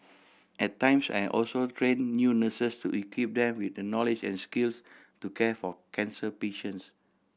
at times I also train new nurses to equip them with the knowledge and skills to care for cancer patients